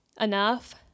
enough